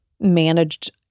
managed